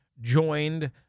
joined